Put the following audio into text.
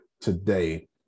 today